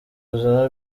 ubuzima